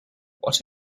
what